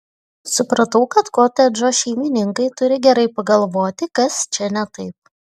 supratau kad kotedžo šeimininkai turi gerai pagalvoti kas čia ne taip